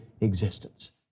existence